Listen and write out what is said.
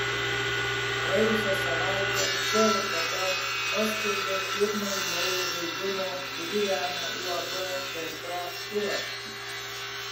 praėjusią savaitę čia ir dabar paskelbė pirmąjį naujo žaidimo kurį remia uab kautra turą